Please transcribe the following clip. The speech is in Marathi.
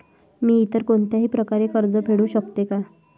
मी इतर कोणत्याही प्रकारे कर्ज फेडू शकते का?